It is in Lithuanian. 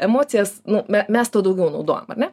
emocijas nu me mes to daugiau naudojam ar ne